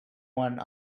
one